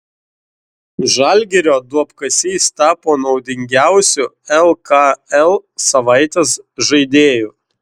žalgirio duobkasys tapo naudingiausiu lkl savaitės žaidėju